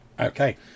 okay